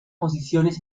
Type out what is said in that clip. posiciones